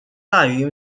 大于